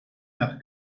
nach